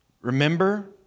Remember